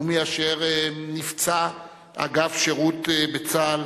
ומי אשר נפצע אגב שירות בצה"ל,